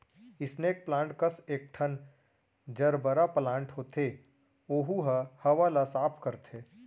snake plant कस एकठन gerbera plant होथे ओहू ह हवा ल साफ करथे